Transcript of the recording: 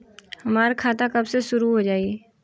हमार खाता कब से शूरू हो जाई?